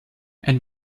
ein